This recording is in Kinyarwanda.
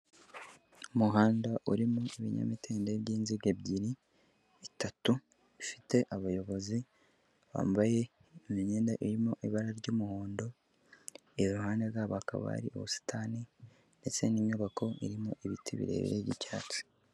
Umuhanda urimo ibinyamitende by'inziga ebyiri bitatu, bifite abayobozi, bambaye imyenda irimo ibara ry'umuhondo, iruhande rwabo hakaba hari ubusitani ndetse n'inyubako irimo ibiti birebire by'icyatsi.